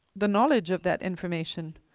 the knowledge of that information.